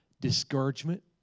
discouragement